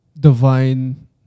Divine